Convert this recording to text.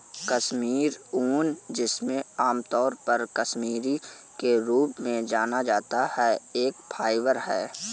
कश्मीरी ऊन, जिसे आमतौर पर कश्मीरी के रूप में जाना जाता है, एक फाइबर है